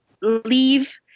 leave